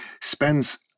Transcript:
spends